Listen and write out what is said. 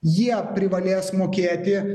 jie privalės mokėti